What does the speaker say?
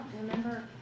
remember